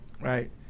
Right